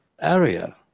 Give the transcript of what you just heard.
area